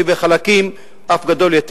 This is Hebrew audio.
ובחלקים אף יותר,